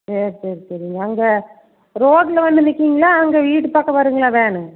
சரி சரி சரிங்க அங்கே ரோட்டில் வந்து நிற்குங்களா அங்கே வீட்டு பக்கம் வருங்களா வேன்